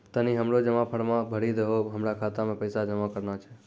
तनी हमरो जमा फारम भरी दहो, हमरा खाता मे पैसा जमा करना छै